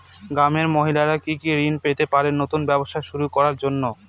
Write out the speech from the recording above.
গ্রামের মহিলারা কি কি ঋণ পেতে পারেন নতুন ব্যবসা শুরু করার জন্য?